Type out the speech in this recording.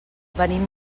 venim